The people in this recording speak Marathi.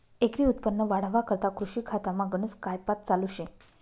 एकरी उत्पन्न वाढावा करता कृषी खातामा गनज कायपात चालू शे